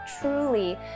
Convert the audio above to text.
truly